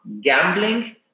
gambling